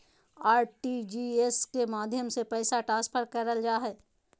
RTGS के माध्यम से पैसा ट्रांसफर करल जा हय